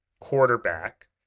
quarterback